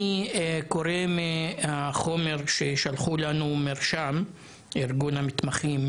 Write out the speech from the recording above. אני קורא מהחומר ששלחו לנו 'מרשם' - ארגון המתמחים